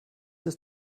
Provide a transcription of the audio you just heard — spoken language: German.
ist